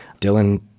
Dylan